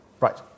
Right